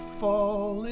fall